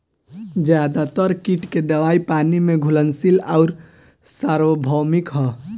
ज्यादातर कीट के दवाई पानी में घुलनशील आउर सार्वभौमिक ह?